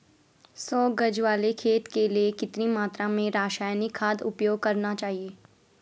सौ गज वाले खेत के लिए कितनी मात्रा में रासायनिक खाद उपयोग करना चाहिए?